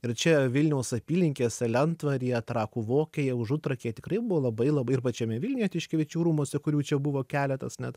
ir čia vilniaus apylinkėse lentvaryje trakų vokėje užutrakyje tikrai buvo labai labai ir pačiame vilniuje tiškevičių rūmuose kurių čia buvo keletas net